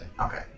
okay